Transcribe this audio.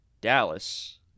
Dallas